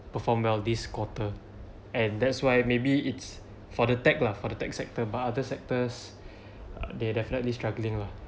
perform well this quarter and that's why maybe it's for the tech lah for the tech sector but other sectors they definitely struggling lah